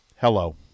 Hello